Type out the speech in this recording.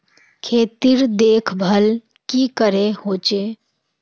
खेतीर देखभल की करे होचे?